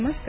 नमस्कार